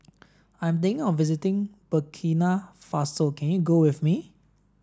I am thinking of visiting Burkina Faso can you go with me